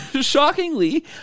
shockingly